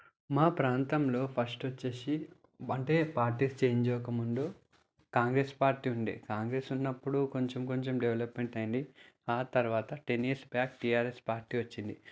మా ప్రాంతంలోఫస్ట్ వచ్చి అంటే పార్టీస్ చేంజ్ అవ్వకముందు కాంగ్రెస్ పార్టీ ఉండే కాంగ్రెస్ ఉన్నప్పుడు కొంచెం కొంచెం డెవలప్మెంట్ అయింది ఆ తర్వాత ten years back TRS party వచ్చింది